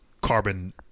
carbon